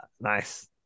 Nice